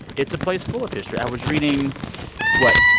it's a place full of history. i was reading what?